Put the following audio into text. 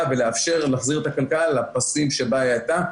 ולאפשר להחזיר את הכלכלה לפסים שבהם היא הייתה,